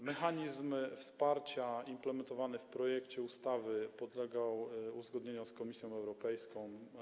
Mechanizm wsparcia implementowany w projekcie ustawy podlegał uzgodnieniom z Komisją Europejską.